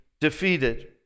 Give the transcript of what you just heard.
defeated